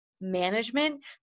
management